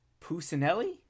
Puccinelli